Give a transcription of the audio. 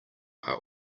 are